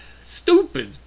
Stupid